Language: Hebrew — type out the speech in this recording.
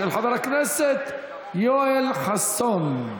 של חבר הכנסת יואל חסון.